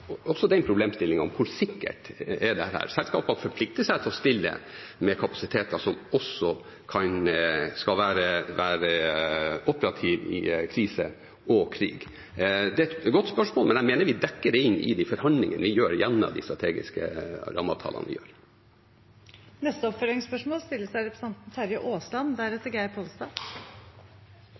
hvor sikkert dette er. Selskapene forplikter seg til å stille med kapasiteter som også skal være operative i krise og krig. Det er et godt spørsmål, men jeg mener vi dekker det inn i de forhandlingene vi gjør gjennom de strategiske rammeavtalene vi har. Terje Aasland – til oppfølgingsspørsmål.